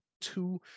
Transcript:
two